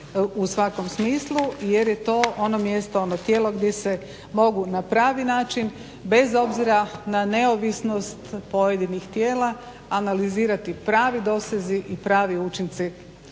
u svakom smislu jer je to ono mjesto ono tijelo gdje se mogu na pravi način bez obzira na neovisnost pojedinih tijela analizirati pravi dosezi pravi učinci